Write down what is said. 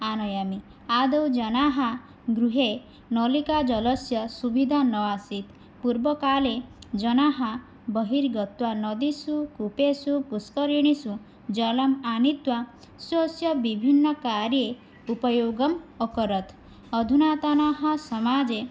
आनयामि आदौ जनानां गृहे नालिकाजलस्य सुविधा नासीत् पूर्वकाले जनाः बहिर्गत्वा नदीषु कूपेषु पुष्करणीषु जलम् आनीत्वा स्वस्य विभिन्नकार्ये उपयोगम् अकरोत् अधुनातने समाजे